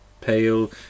Pale